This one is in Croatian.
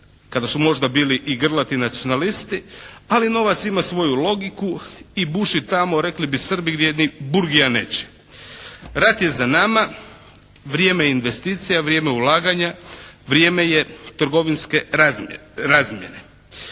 kada su možda bili i grlati nacionalisti. Ali novac ima svoju logiku i buši tamo rekli bi Srbi gdje ni burgija neće. Rat je za nama. Vrijeme je investicija. Vrijeme je ulaganja. Vrijeme je trgovinske razmjene,